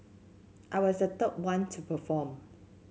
I was the third one to perform